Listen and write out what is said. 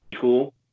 cool